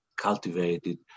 cultivated